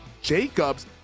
jacobs